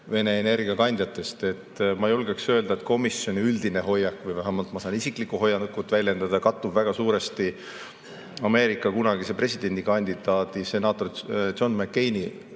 Vene energiakandjatest. Ma julgeksin öelda, et komisjoni üldine hoiak – või vähemalt ma saan isiklikku hoiakut väljendada – kattub väga suuresti Ameerika kunagise presidendikandidaadi, senaator John McCaini